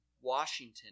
Washington